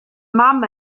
mam